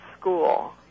school